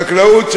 החקלאות,